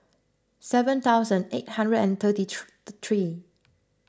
seven thousand eight hundred and sixty three three